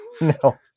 No